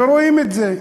ורואים את זה.